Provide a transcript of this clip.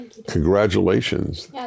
congratulations